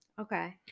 Okay